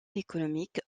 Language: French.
économiques